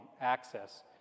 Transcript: access